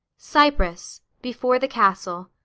cyprus. before the castle.